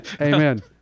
Amen